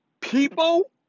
People